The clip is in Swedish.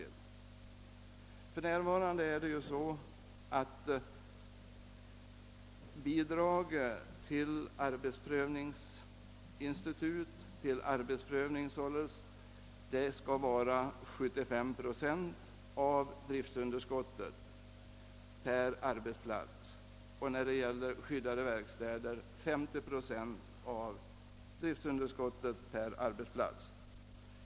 För närvarande är bidraget till arbetsprövningsinstitut 75 procent av driftunderskottet per arbetsplats och till skyddade verkstäder 50 procent av driftunderskottet per arbetsplats.